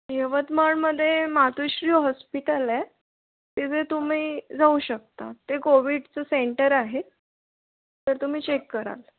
यवतमाळमध्ये मातोश्री हॉस्पिटल आहे तिथे तुम्ही जाऊ शकता ते कोविडचं सेंटर आहे तर तुम्ही चेक कराल